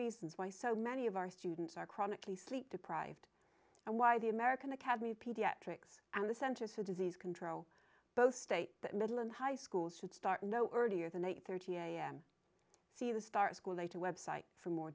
reasons why so many of our students are chronically sleep deprived and why the american academy of pediatrics and the centers for disease control both state that middle and high schools should start no earlier than eight thirty am see the start school data website for more